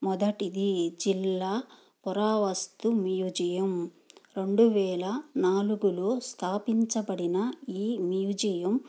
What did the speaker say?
మొదటిది జిల్లా పురావస్తు మ్యూజియం రెండు వేల నాలుగులో స్థాపించబడిన ఈ మ్యూజియం